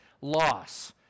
loss